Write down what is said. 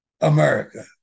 America